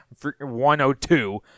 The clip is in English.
102